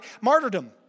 martyrdom